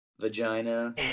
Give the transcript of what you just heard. Vagina